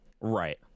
right